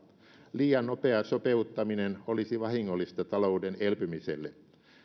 liian nopea sopeuttaminen olisi vahingollista talouden elpymiselle